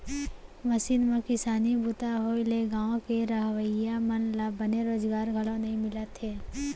machine म किसानी बूता होए ले गॉंव के रहवइया मन ल बने रोजगार घलौ नइ मिलत हे